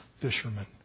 fishermen